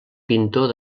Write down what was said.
pintor